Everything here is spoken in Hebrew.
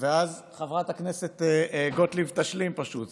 ואז חברת הכנסת גוטליב תשלים פשוט.